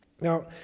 now